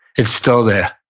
it's still there.